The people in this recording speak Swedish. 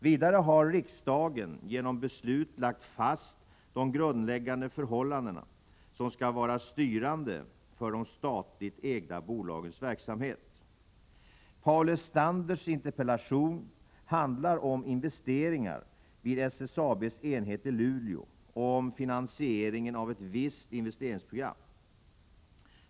Vidare har riksdagen genom beslut lagt fast de grundläggande förhållanden som skall vara styrande för de statligt ägda bolagens verksamhet. Paul Lestanders interpellation handlar om investeringar vid SSAB:s enhet i Luleå och om finansiering av ett visst investeringsprogram.